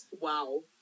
Wow